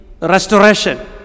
restoration